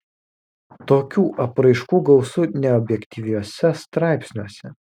tokių apraiškų gausu neobjektyviuose straipsniuose